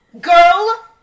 Girl